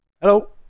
Hello